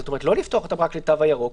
זאת אומרת לא לפתוח אותם רק לתו הירוק,